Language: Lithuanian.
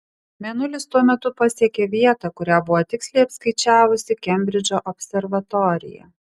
mėnulis tuo metu pasiekė vietą kurią buvo tiksliai apskaičiavusi kembridžo observatorija